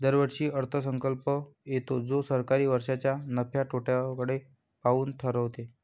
दरवर्षी अर्थसंकल्प येतो जो सरकार वर्षाच्या नफ्या तोट्याकडे पाहून ठरवते